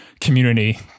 community